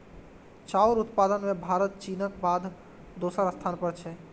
चाउर उत्पादन मे भारत चीनक बाद दोसर स्थान पर छै